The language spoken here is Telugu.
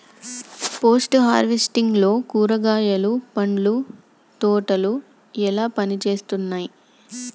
పోస్ట్ హార్వెస్టింగ్ లో కూరగాయలు పండ్ల తోటలు ఎట్లా పనిచేత్తనయ్?